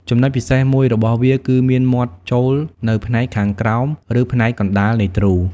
ចំណុចពិសេសមួយរបស់វាគឺមានមាត់ចូលនៅផ្នែកខាងក្រោមឬផ្នែកកណ្តាលនៃទ្រូ។